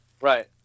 Right